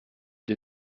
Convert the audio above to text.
den